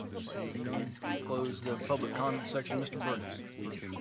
seeing none, close the public comment section. mr. burgess? thank you.